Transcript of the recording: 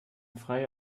freie